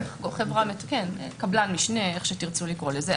מתווך או קבלן משנה, איך שתרצו לקרוא לזה.